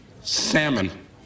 salmon